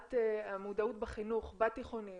להעלאת המודעות בחינוך בתיכונים,